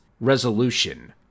resolution